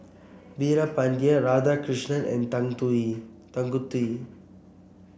Veerapandiya Radhakrishnan and Tanguturi